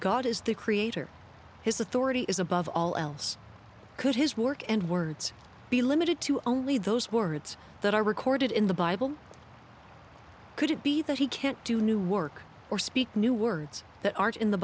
god is the creator his authority is above all else could his work and words be limited to only those words that are recorded in the bible could it be that he can't do new work or speak new words that aren't in the